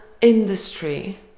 industry